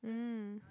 mm